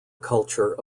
culture